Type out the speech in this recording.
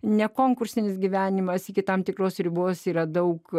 nekonkursinis gyvenimas iki tam tikros ribos yra daug